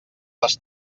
les